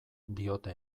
diote